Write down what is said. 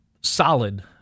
solid